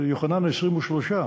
את יוחנן ה-23,